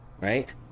right